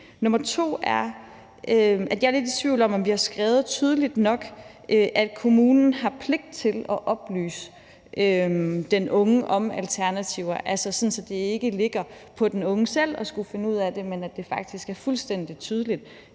andet er, at jeg er lidt i tvivl om, om vi har skrevet tydeligt nok, at kommunen har pligt til at oplyse den unge om alternativer, altså sådan at det ikke ligger på den unge selv at skulle finde ud af det, men at det faktisk er fuldstændig tydeligt,